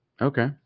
Okay